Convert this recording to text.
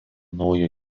naujo